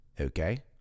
Okay